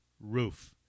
roof